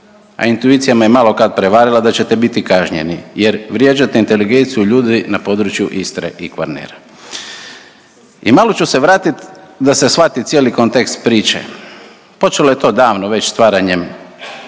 a intuicija me malo kad prevarila da ćete biti kažnjeni jer vrijeđate inteligenciju ljudi na području Istre i Kvarnera. I malo ću se vratiti da se shvati cijeli kontekst priče. Počelo je to davno, već stvaranjem